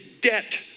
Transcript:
debt